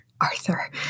Arthur